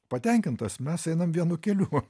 patenkintas mes einame vienu keliu